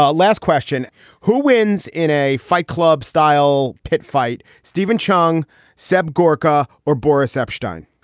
ah last question who wins in a fight club style pit fight? steven chang said gawker or boris epstein?